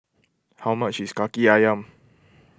how much is Kaki Ayam